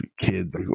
kids